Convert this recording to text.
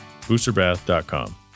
Boosterbath.com